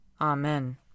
Amen